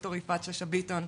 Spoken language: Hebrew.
ד"ר יפעת שאשא ביטון,